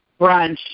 brunch